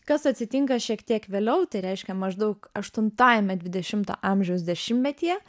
kas atsitinka šiek tiek vėliau tai reiškia maždaug aštuntajame dvidešimto amžiaus dešimtmetyje